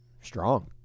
Strong